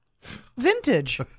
vintage